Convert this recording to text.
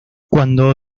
cuando